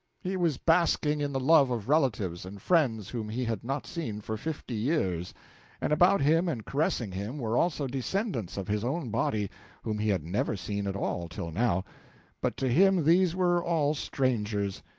he was basking in the love of relatives and friends whom he had not seen for fifty years and about him and caressing him were also descendants of his own body whom he had never seen at all till now but to him these were all strangers,